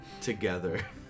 together